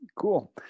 Cool